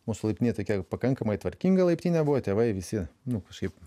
mūsų laiptinė tokia kiek pakankamai tvarkinga laiptinė buvo tėvai visi nu kažkaip